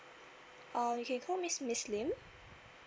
uh you can call miss miss lim